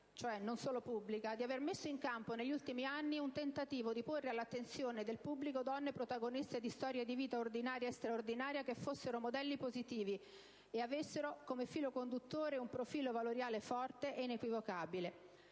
dall'Unione europea di aver messo in campo, negli ultimi anni, un tentativo di porre all'attenzione del pubblico donne protagoniste di storie di vita ordinaria o straordinaria che fossero modelli positivi e avessero come filo conduttore un profilo valoriale forte e inequivocabile.